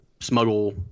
smuggle